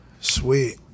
sweet